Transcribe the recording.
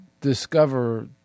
discover